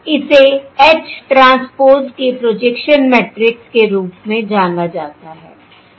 इसे H transpose के projection matrix के रूप में जाना जाता है